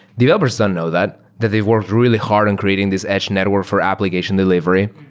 developers don't know that, that they've worked really hard in creating this edge network for application delivery.